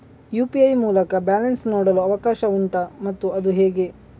UPI ಮೂಲಕ balance ನೋಡಲು ಅವಕಾಶ ಉಂಟಾ ಮತ್ತು ಅದು ಹೇಗೆ?